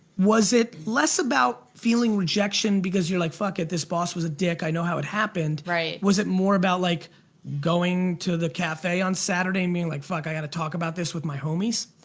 was it less about feeling rejection because you're like, fuck it, this boss was a dick, i know how it happened, was it more about like going to the cafe on saturday and being like, fuck i've got to talk about this with my homies?